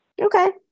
okay